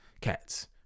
cats